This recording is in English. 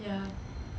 ya